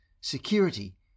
security